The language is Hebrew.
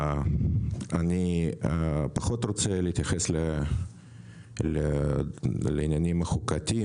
אני פחות רוצה להתייחס לעניינים החוקתיים,